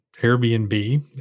Airbnb